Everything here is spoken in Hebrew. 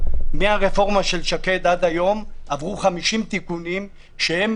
מהרפורמה של שקד עד היום עברו 50 תיקונים שהם